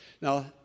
now